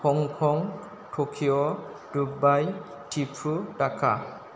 Hong Kong Tokyo Dubai Thimphu Dhaka